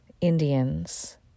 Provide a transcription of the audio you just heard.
Indians